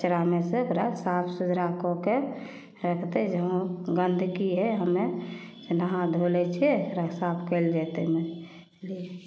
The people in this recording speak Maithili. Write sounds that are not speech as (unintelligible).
कचड़ामे से ओकरा एकरा साफ सुथरा कऽ के रखतै जे हँ गन्दगी है हमे नहा धो लय छियै एकरा साफ कैल जेतै अइमे (unintelligible)